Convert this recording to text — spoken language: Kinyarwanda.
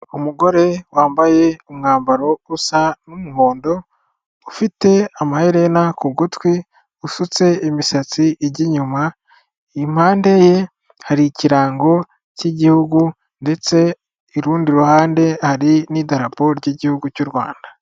Umugore wambaye umwambaro usa n'umuhondo, ufite amaherena ku gutwi, usutse imisatsi ijya inyuma. Impande ye hari ikirango cy'igihugu ndetse urundi ruhande hari n'idarapo ry'Igihugu cy'u Rwanda.